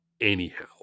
anyhow